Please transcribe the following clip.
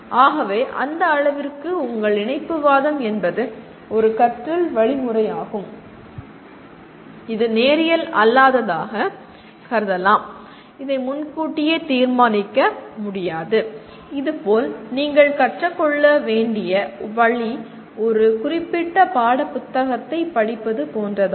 ஆகவே அந்த அளவிற்கு உங்கள் இணைப்புவாதம் என்பது ஒரு கற்றல் வழிமுறையாகும் இது நேரியல் அல்லாததாகக் கருதலாம் இதை முன்கூட்டியே தீர்மானிக்க முடியாது இதுபோல் நீங்கள் கற்றுக்கொள்ள வேண்டிய வழி ஒரு குறிப்பிட்ட பாடப்புத்தகத்தைப் படிப்பது போன்றதாகும்